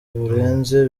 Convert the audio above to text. burenze